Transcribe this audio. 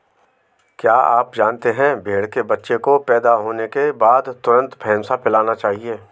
क्या आप जानते है भेड़ के बच्चे को पैदा होने के बाद तुरंत फेनसा पिलाना चाहिए?